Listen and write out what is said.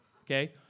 okay